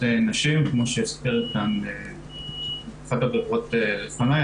נשים כמו שהזכירה כאן אחת הדוברות לפניי,